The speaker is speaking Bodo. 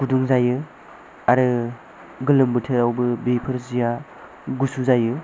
गुदुं जायो आरो गोलोम बोथोरावबो बेफोर सिआ गुसु जायो